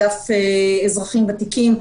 אגף אזרחים ותיקים,